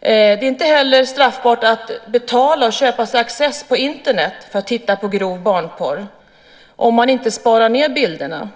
Det är inte heller straffbart att betala och köpa sig access på Internet för att titta på grov barnpornografi om man inte sparar ned bilderna.